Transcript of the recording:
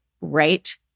Right